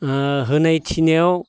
होनायखिनियाव